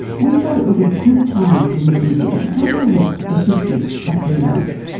we thought it was a good time for rear vision to take a look at the history of freeways.